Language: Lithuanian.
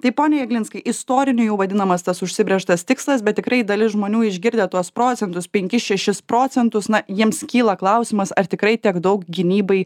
tai pone jeglinskai istoriniu jau vadinamas tas užsibrėžtas tikslas bet tikrai dalis žmonių išgirdę tuos procentus penkis šešis procentus na jiems kyla klausimas ar tikrai tiek daug gynybai